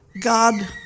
God